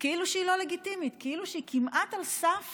כאילו שהיא לא לגיטימית, כאילו שהיא כמעט על סף